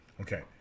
okay